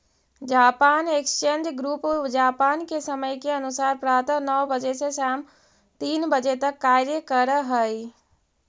Japan exchange group Japan के समय के अनुसार प्रातः नौ बजे से सायं तीन बजे तक कार्य करऽ हइ